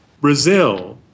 Brazil